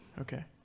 okay